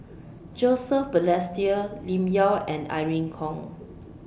Joseph Balestier Lim Yau and Irene Khong